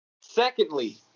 Secondly